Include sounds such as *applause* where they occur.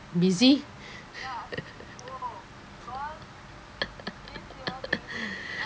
busy *laughs*